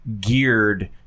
geared